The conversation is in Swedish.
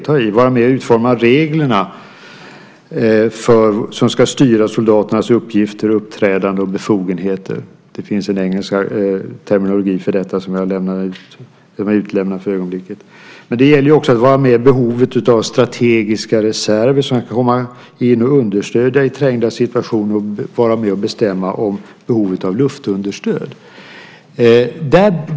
Det handlar om att vara med och utforma reglerna som ska styra soldaternas uppgifter, uppträdande och befogenheter. Det finns en engelsk terminologi för detta som jag för ögonblicket utelämnar. Det gäller också att vara med vid behovet av strategiska reserver som kan komma in och understödja i trängda situationer och vara med och bestämma om behovet av luftunderstöd.